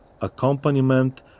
accompaniment